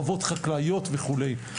חוות חקלאיות וכדומה.